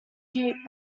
cheat